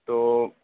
تو